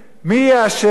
מי יהיה אשם?